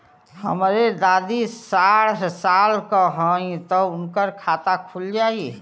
हमरे दादी साढ़ साल क हइ त उनकर खाता खुल जाई?